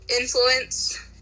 influence